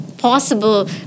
possible